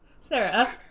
Sarah